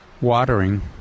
watering